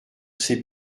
ses